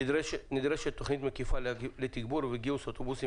נדרשת תוכנית מקיפה לתגבור ולגיוס אוטובוסים